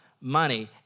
money